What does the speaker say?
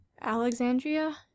Alexandria